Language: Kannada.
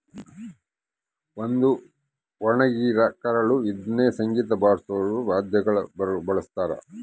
ಒಂದು ಒಣಗಿರ ಕರಳು ಇದ್ನ ಸಂಗೀತ ಬಾರ್ಸೋ ವಾದ್ಯಗುಳ ಬಳಸ್ತಾರ